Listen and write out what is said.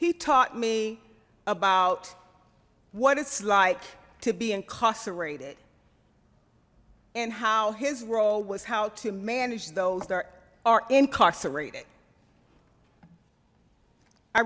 he taught me about what it's like to be incarcerated and how his role was how to manage those that are incarcerated i